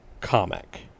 comic